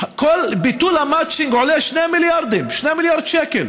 ביטול המצ'ינג עולה 2 מיליארד שקל.